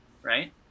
right